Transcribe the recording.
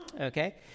Okay